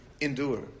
endure